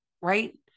right